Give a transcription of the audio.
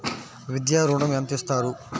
విద్యా ఋణం ఎంత ఇస్తారు?